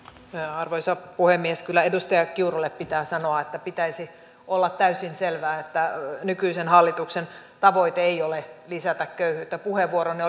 arvoisa puhemies kyllä edustaja kiurulle pitää sanoa että pitäisi olla täysin selvää että nykyisen hallituksen tavoite ei ole lisätä köyhyyttä puheenvuoronne